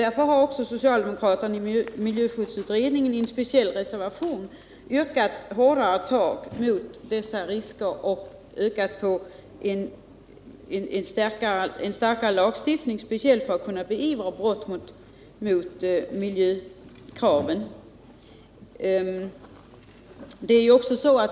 Därför har också socialdemokraterna i miljöskyddsutredningen i en reservation yrkat på hårdare tag mot dessa risker, bl.a. en starkare lagstiftning för att brott mot miljökraven skall kunna beivras.